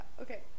Okay